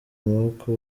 amaboko